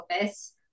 office